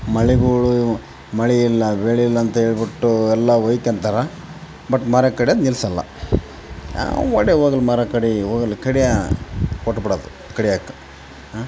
ಮಳೆಗಳೂ ಇವು ಮಳೆಯಿಲ್ಲ ಬೆಳೆಯಿಲ್ಲ ಅಂತೇಳ್ಬಿಟ್ಟು ಎಲ್ಲ ಹೊಯ್ಕೊಂತಾರೆ ಬಟ್ ಮರ ಕಡಿಯೋದ್ ನಿಲ್ಸಲ್ಲ ಆ ಹೊಡೆ ಹೋಗ್ಲಿ ಮರ ಕಡಿ ಹೋಗಲಿ ಕಡಿಯೋ ಕೊಟ್ಬಿಡೋದು ಕಡಿಯೋಕ್ ಹಾಂ